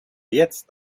jetzt